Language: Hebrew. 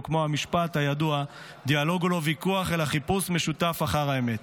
או כמו המשפט הידוע: דיאלוג הוא לא ויכוח אלא חיפוש משותף אחר האמת.